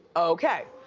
okay,